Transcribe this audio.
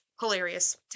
Hilarious